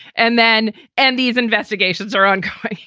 and then and these investigations are on.